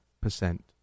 percent